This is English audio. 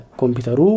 computer